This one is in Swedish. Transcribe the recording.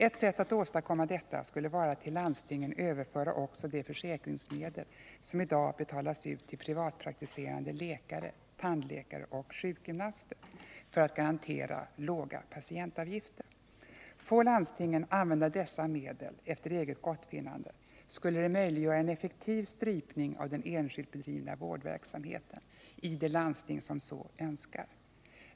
Ett sätt att åstadkomma detta skulle vara att till landstingen överföra också de försäkringsmedel som i dag betalas ut till privatpraktiserande läkare, tandläkare och sjukgymnaster för att garantera låga patientavgifter. Får landstingen använda dessa medel efter eget gottfinnande, skulle det möjliggöra en effektiv strypning av den enskilt bedrivna vårdverksamheten i de landsting som så önskar.